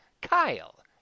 Kyle